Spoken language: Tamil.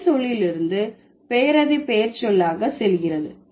வினை சொல்லிலிருந்து பெயரெதி பெயரெச்சொல்லாக செல்கிறது